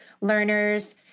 learners